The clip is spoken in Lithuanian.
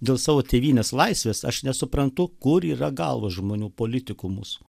dėl savo tėvynės laisvės aš nesuprantu kur yra galvos žmonių politikų mūsų